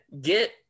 get